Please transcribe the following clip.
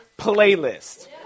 Playlist